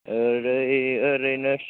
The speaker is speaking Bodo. ओरैनो